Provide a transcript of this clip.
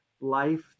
life